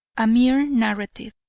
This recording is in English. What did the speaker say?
a mere narrative,